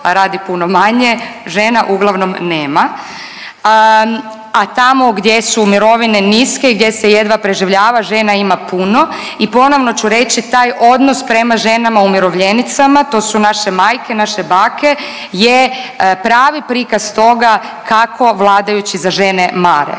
radi puno manje žena uglavnom nema, a tamo gdje su mirovine niske, gdje se jedva preživljava žena ima puno i ponovno ću reći taj odnos prema ženama umirovljenicama to su naše majke, naše bake je pravi prikaz toga kako vladajući za žene mare.